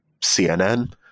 CNN